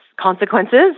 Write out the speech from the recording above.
consequences